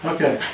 Okay